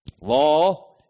Law